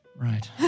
Right